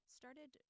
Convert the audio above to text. started